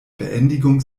beendigung